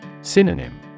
Synonym